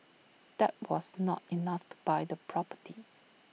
that was not enough to buy the property